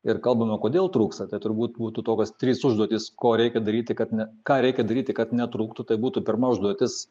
ir kalbame kodėl trūksta tai turbūt būtų tokios trys užduotys ko reikia daryti kad ne ką reikia daryti kad netrūktų tai būtų pirma užduotis